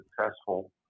successful